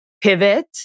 pivot